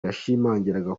yashimangiraga